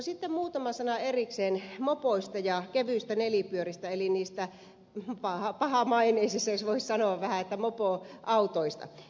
sitten muutama sana erikseen mopoista ja kevyistä nelipyöristä eli niistä pahamaineisista jos voisi sanoa mopoautoista